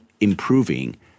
improving